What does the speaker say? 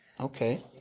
Okay